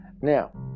Now